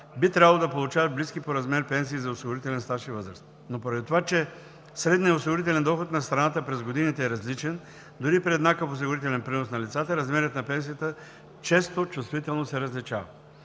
би трябвало да получават близки по размер пенсии за осигурителен стаж и възраст. Но поради това, че средният осигурителен доход на страната през годините е различен, дори и при еднакъв осигурителен принос на лицата, размерът на пенсията често чувствително се различава.